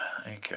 Okay